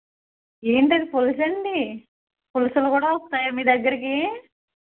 ఏమిటి అది పులసా అండి పులసలు కూడా వస్తాయా మీ దగ్గరకి